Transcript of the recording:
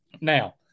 Now